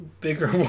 bigger